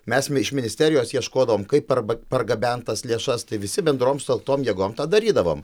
mes mi iš ministerijos ieškodavom kaip arba pargabentas lėšas tai visi bendrom sutelktom jėgom tą darydavom